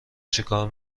چیکار